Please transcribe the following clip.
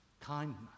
kindness